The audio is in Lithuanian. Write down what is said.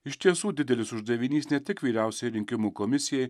iš tiesų didelis uždavinys ne tik vyriausiajai rinkimų komisijai